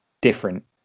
different